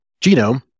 genome